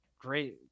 great